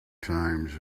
times